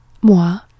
moi